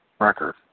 record